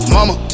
Mama